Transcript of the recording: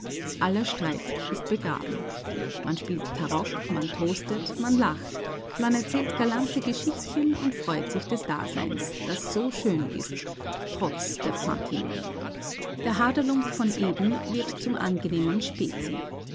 aller streit ist begraben man spielt tarock man toastet man lacht man erzählt galante geschichtchen und freut sich des daseins das so schön ist trotz der pfandjuden der haderlump von eben wird zum angenehmen spezi